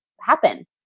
happen